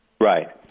right